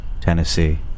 Tennessee